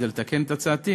כדי לתקן את הצעתי,